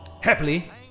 Happily